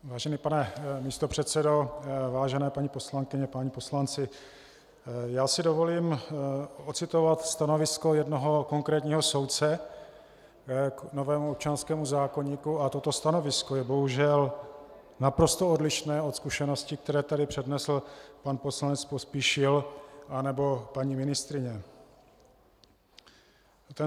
Vážený pane místopředsedo, vážené paní poslankyně, páni poslanci, já si dovolím ocitovat stanovisko jednoho konkrétního soudce k novému občanskému zákoníku a toto stanovisko je bohužel naprosto odlišné od zkušeností, které tady přednesl pan poslanec Pospíšil anebo paní ministryně.